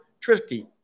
tricky